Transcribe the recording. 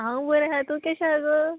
हांव बरें आहा तूं केश आहा गो